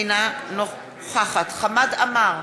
אינה נוכחת חמד עמאר,